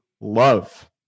love